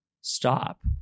Stop